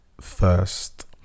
first